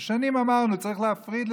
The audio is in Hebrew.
שנים אמרנו: צריך להפריד,